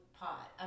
pot